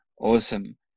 Awesome